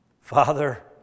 Father